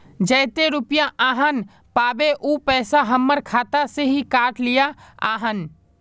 जयते रुपया आहाँ पाबे है उ पैसा हमर खाता से हि काट लिये आहाँ?